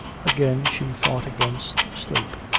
again she fought against sleep,